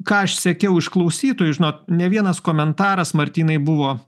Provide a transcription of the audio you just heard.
ką aš sekiau iš klausytojų žinot ne vienas komentaras martynai buvo